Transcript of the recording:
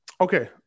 Okay